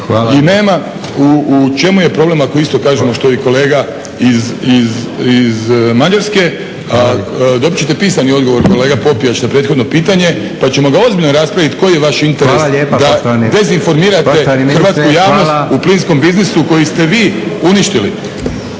I nema, u čemu je problem ako isto kažemo što i kolega iz Mađarske. A dobit ćete pisani odgovor kolega Popijač na prethodno pitanje pa ćemo ga ozbiljno raspravit, koji je vaš interes da dezinformirate hrvatsku javnost u plinskom biznisu koji ste vi uništili.